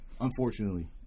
unfortunately